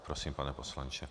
Prosím, pane poslanče.